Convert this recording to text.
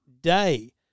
Day